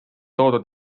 toodud